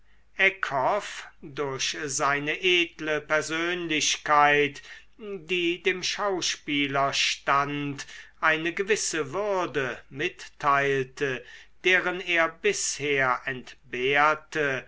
durch seine edle persönlichkeit die dem schauspielerstand eine gewisse würde mitteilte deren er bisher entbehrte